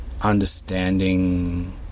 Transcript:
understanding